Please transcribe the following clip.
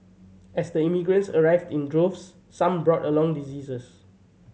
as the immigrants arrived in droves some brought along diseases